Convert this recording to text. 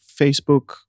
Facebook